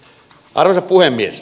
arvoisa puhemies